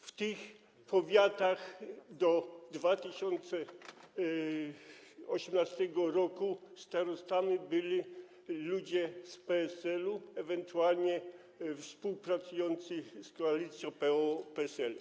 W tych powiatach do 2018 r. starostami byli ludzie z PSL-u, ewentualnie współpracujący z koalicją PO-PSL.